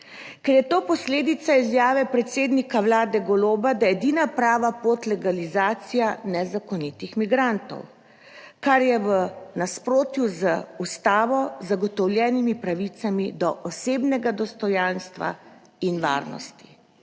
ker je to posledica izjave predsednika Vlade Goloba, da je edina prava pot legalizacija nezakonitih migrantov, kar je v nasprotju z Ustavo, zagotovljenimi pravicami do osebnega dostojanstva in varnosti.